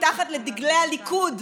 מתחת לדגלי הליכוד,